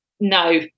No